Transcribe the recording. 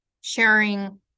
sharing